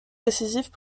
décisifs